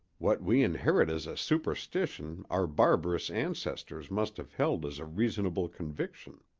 what we inherit as a superstition our barbarous ancestors must have held as a reasonable conviction.